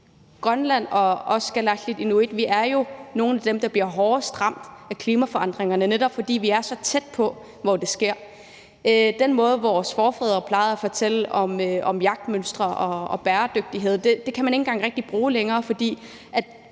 Grønland og vi, kalaallit/inuit, er jo nogle af dem, der bliver hårdest ramt af klimaforandringerne, netop fordi vi er så tæt på der, hvor det sker. Den måde, vores forfædre plejede at fortælle om jagtmønstre og bæredygtighed på, kan man ikke engang rigtig bruge længere, for